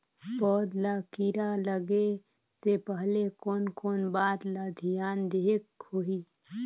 पौध ला कीरा लगे से पहले कोन कोन बात ला धियान देहेक होही?